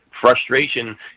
frustration